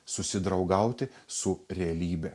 susidraugauti su realybe